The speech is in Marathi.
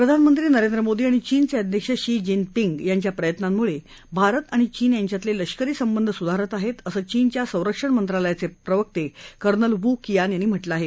प्रधानमंत्री नरेंद्र मोदी आणि चीनचे अध्यक्ष शी जिनपिंग यांच्या प्रयत्नांमुळे भारत आणि चीन यांच्यातले लष्करी संबंध स्धारत आहेत असं चीनच्या संरक्षण मंत्रालयाचे प्रवक्ते कर्नल वू कियान यांनी म्ह लं आहे